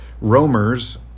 roamers